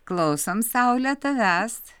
klausom saule tavęs